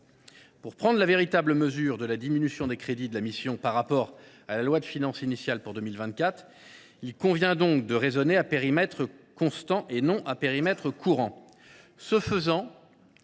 Pour prendre la véritable mesure de la diminution des crédits de la mission par rapport à la loi de finances initiale pour 2024, il convient donc de raisonner à périmètre constant. Ce faisant,